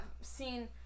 seen